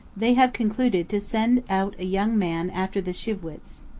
they have concluded to send out a young man after the shi'vwits.